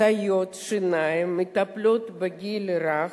סייעות שיניים, מטפלות בגיל הרך,